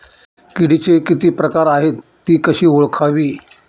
किडीचे किती प्रकार आहेत? ति कशी ओळखावी?